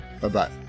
Bye-bye